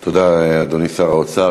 תודה, אדוני שר האוצר.